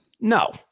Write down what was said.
No